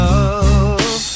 Love